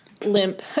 limp